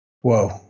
whoa